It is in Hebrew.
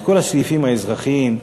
את כל הסעיפים האזרחיים,